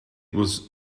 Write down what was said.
was